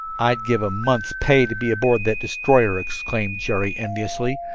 i'd give a month's pay to be aboard that destroyer, exclaimed jerry enviously.